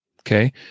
Okay